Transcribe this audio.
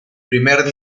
primer